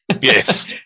Yes